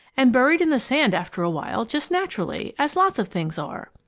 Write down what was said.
and buried in the sand after a while, just naturally, as lots of things are.